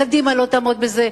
קדימה לא תעמוד בזה.